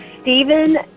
Stephen